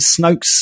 snokes